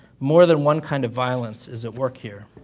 more than one kind of violence is at work here.